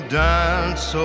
dance